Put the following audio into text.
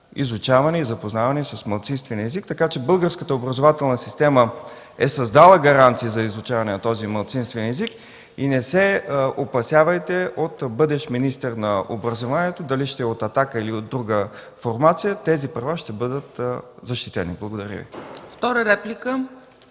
изучаване и запознаване с малцинствения език. Така че българската образователна система е създала гаранции за изучаване на този малцинствен език и не се опасявайте от бъдещ министър на образованието – дали ще е от „Атака”, или от друга формация, тези права ще бъдат защитени. Благодаря Ви.